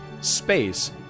space